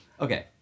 Okay